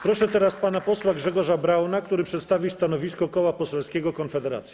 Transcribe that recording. Proszę teraz pana posła Grzegorza Brauna, który przedstawi stanowisko Koła Poselskiego Konfederacja.